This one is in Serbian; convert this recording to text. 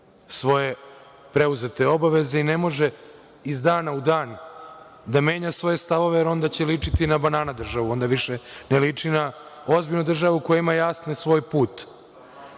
svoje preuzete obaveze i ne može iz dana u dan da menja svoje stavove, jer će ličiti na „banana državu“, onda više ne liči na ozbiljnu državu koja ima svoj